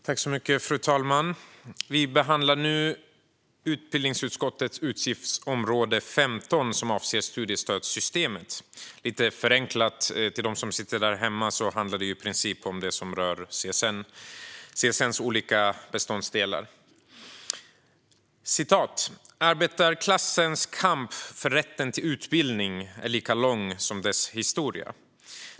Fru talman! Vi behandlar nu utbildningsutskottets utgiftsområde 15 som avser studiestödssystemet. Lite förenklat, för dem som sitter där hemma och ser debatten, handlar det i princip om det som rör CSN:s olika beståndsdelar. Arbetarklassens kamp för rätten till utbildning är lika lång som dess historia.